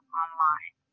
online